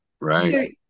right